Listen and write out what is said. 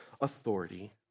authority